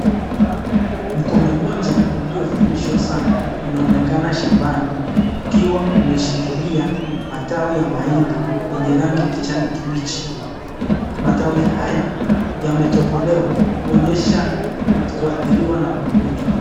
Mkono mmoja uliovalishwa saa unaonekana shambani ukiwa umeshikilia matawi ya mahindi yenye rangi kijani kibichi , matawi haya yametobolewa kuonyesha kuadhiriwa na magonjwa.